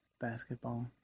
Basketball